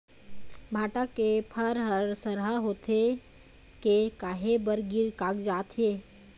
भांटा के फर हर सरहा होथे के काहे बर गिर कागजात हे?